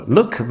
Look